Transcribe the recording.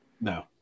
no